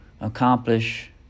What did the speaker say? accomplish